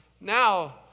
now